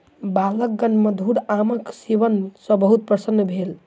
बालकगण मधुर आमक सेवन सॅ बहुत प्रसन्न भेल